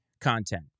content